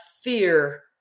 Fear